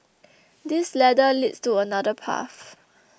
this ladder leads to another path